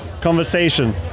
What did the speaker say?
conversation